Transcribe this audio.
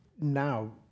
Now